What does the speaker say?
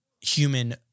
human